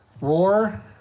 war